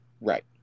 Right